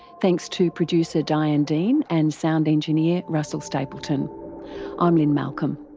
thanks to producer diane dean and sound engineer russell stapletoni'm um lynne malcolm.